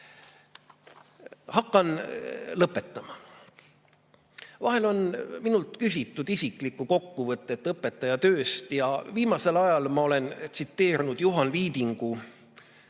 Hakkan lõpetama. Vahel on minult küsitud isiklikku kokkuvõtet õpetajatööst ja viimasel ajal ma olen tsiteerinud Juhan Viidingu